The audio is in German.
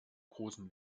großen